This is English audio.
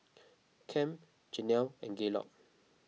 Kem Janell and Gaylord